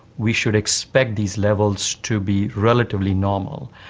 we should expect these levels to be relatively normal,